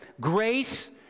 Grace